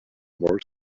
more